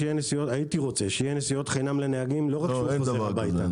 הייתי רוצה שיהיה נסיעות חינם לנהגים לא רק כשהוא חוזר הביתה.